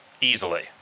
Easily